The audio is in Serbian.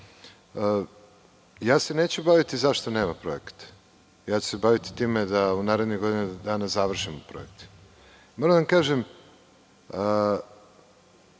se baviti zašto nema projekata, ja ću se baviti time da u narednih godinu dana završimo projekte. Moram da vam kažem,